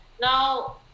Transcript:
now